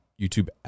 YouTube